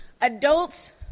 adults